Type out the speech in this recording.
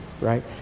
right